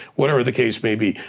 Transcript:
whatever the case may be.